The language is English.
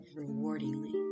rewardingly